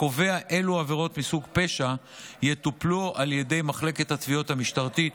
הקובע אילו עבירות מסוג פשע יטופלו על ידי מחלקת התביעות המשטרתית